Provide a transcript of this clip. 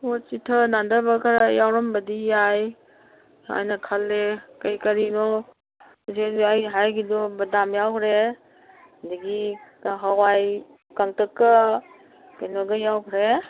ꯄꯣꯠ ꯆꯤꯡꯊ ꯅꯥꯟꯗꯕꯒ ꯌꯥꯎꯔꯝꯕꯗꯤ ꯌꯥꯏ ꯍꯥꯏꯅ ꯈꯜꯂꯦ ꯀꯔꯤ ꯀꯔꯤꯅꯣ ꯍꯧꯖꯤꯛ ꯍꯧꯖꯤꯛ ꯑꯩ ꯍꯥꯏꯈꯤꯗꯣ ꯕꯗꯥꯝ ꯌꯥꯎꯈ꯭ꯔꯦ ꯑꯗꯒꯤ ꯍꯋꯥꯏ ꯀꯥꯡꯇꯛꯀ ꯀꯩꯅꯣꯒ ꯌꯥꯎꯈ꯭ꯔꯦ